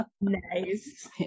Nice